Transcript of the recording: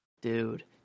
Dude